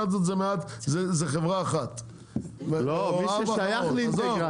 האינטגרציות זה חברה אחת או ארבע חברות, עזוב.